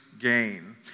gain